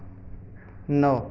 नौ